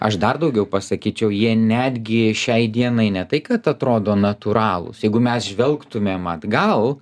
aš dar daugiau pasakyčiau jie netgi šiai dienai ne tai kad atrodo natūralūs jeigu mes žvelgtumėm atgal